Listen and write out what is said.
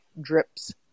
drips